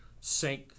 sink